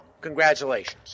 Congratulations